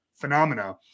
phenomena